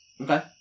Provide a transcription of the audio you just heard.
Okay